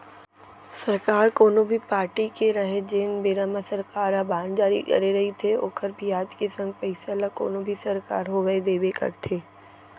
सरकार कोनो भी पारटी के रहय जेन बेरा म सरकार ह बांड जारी करे रइथे ओखर बियाज के संग पइसा ल कोनो भी सरकार होवय देबे करथे